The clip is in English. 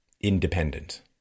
independent